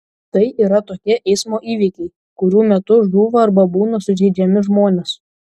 tai yra tokie eismo įvykiai kurių metu žūva arba būna sužeidžiami žmonės